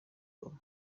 goma